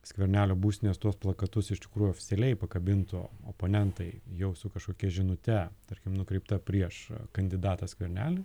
skvernelio būstinės tuos plakatus iš tikrųjų oficialiai pakabintų oponentai jau su kažkokia žinute tarkim nukreipta prieš kandidatą skvernelį